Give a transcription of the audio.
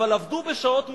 אבל עבדו בשעות מוגדרות.